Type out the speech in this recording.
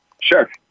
Sure